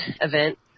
event